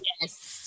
Yes